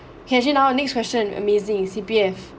okay actually now next question amazing C_P_F